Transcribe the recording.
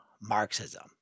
Marxism